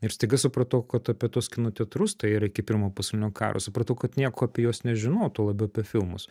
ir staiga supratau kad apie tuos kinoteatrus tai yra iki pirmo pasaulinio karo supratau kad nieko apie juos nežinau tuo labiau apie filmus